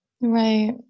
Right